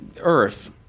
Earth